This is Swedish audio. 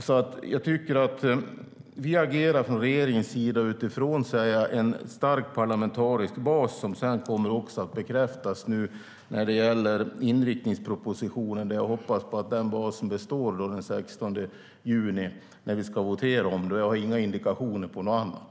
Vi i regeringen agerar utifrån en stark parlamentarisk bas som nu kommer att bekräftas i inriktningspropositionen. Jag hoppas att den basen består den 16 juni när vi ska votera om den. Jag har inga indikationer på något annat.